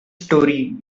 story